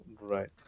Right